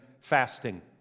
fasting